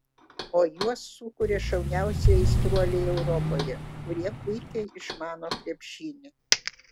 o juos sukuria šauniausi aistruoliai europoje kurie puikiai išmano krepšinį